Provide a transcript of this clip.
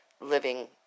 living